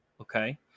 Okay